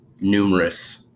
numerous